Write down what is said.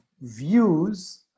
views